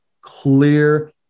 clear